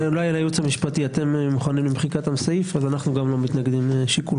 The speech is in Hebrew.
אנחנו לא מתנגדים.